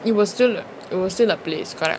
it was still it was still a place correct